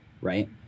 right